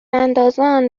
اندازان